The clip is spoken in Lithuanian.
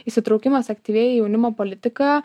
įsitraukimas aktyviai į jaunimo politiką